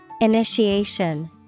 Initiation